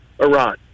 Iran